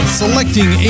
selecting